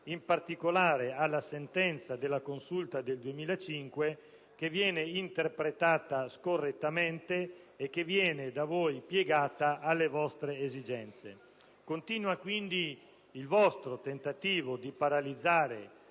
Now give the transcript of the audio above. in particolare alla sentenza della Consulta del 2005 che viene interpretata scorrettamente e che viene piegata alle vostre esigenze. Continua, quindi, il vostro tentativo di paralizzare,